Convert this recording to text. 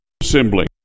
assembling